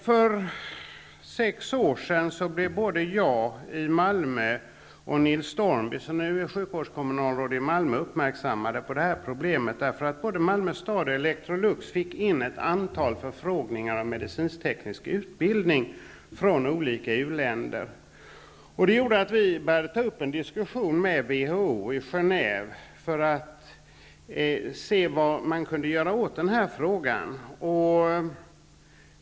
För sex år sedan blev både jag och Nils Stormby, som nu är sjukvårdskommunalråd i Malmö, uppmärksammade på problemet, för både Malmö stad och Electrolux fick in ett antal förfrågningar om medicinsk-teknisk utbildning från olika uländer. Det gjorde att vi tog upp en diskussion med WHO i Genève för att se vad man kunde göra åt denna fråga.